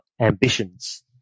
ambitions